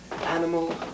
animal